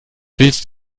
willst